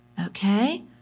Okay